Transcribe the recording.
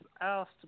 asked